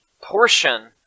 portion